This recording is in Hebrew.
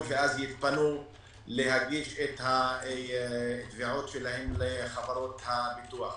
ואז יתפנו להגיש את תביעותיהם לחברות הביטוח.